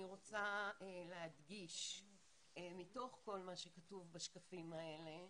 אני רוצה להדגיש מתוך כל מה שכתוב בשקפים האלה